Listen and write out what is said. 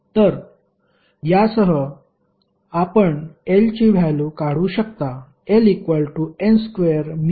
तर यासह आपण L ची व्हॅल्यू काढू शकता